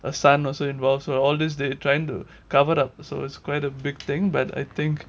a son also involved so all this they trying to cover up so it's quite a big thing but I think